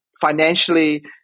financially